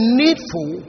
needful